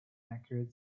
accurate